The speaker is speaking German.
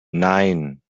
nein